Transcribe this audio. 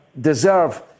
deserve